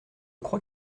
crois